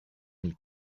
mille